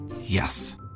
Yes